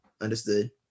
Understood